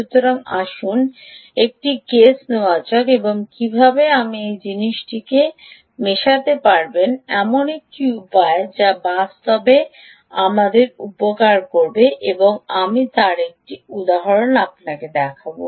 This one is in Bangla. সুতরাং আসুন একটি কেস নেওয়া যাক এবং কীভাবে আপনি এই জিনিসটিকে মেশাতে পারবেন এমন একটি উপায়ে যা বাস্তবে আমাদের উপকারে আসবে আমি তার একটি উদাহরণ দেখাব